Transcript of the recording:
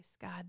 God